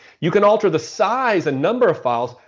you can alter the size and number of files,